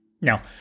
Now